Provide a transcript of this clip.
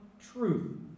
truth